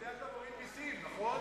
בגלל זה אתה מוריד מסים, נכון?